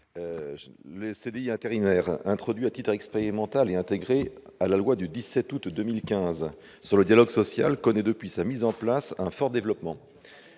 Le CDI intérimaire, introduit à titre expérimental et intégré à la loi du 17 août 2015 relative au dialogue social et à l'emploi, connaît, depuis sa mise en place, un fort développement.